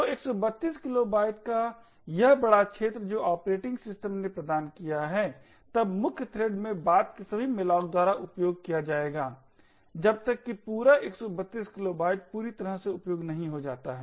तो 132 किलोबाइट का यह बड़ा क्षेत्र जो ऑपरेटिंग सिस्टम ने प्रदान किया है तब मुख्य थ्रेड में बाद के सभी malloc द्वारा उपयोग किया जाएगा जब तक कि पूरा 132 किलोबाइट पूरी तरह से उपयोग नहीं हो जाता है